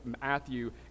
Matthew